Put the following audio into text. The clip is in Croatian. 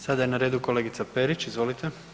Sada je na redu kolegica Perić, izvolite.